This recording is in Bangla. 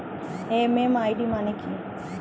এম.এম.আই.ডি মানে কি?